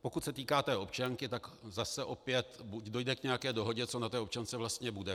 Pokud se týká té občanky, tak zase opět dojde k nějaké dohodě, co na občance vlastně bude.